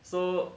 so